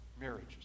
marriages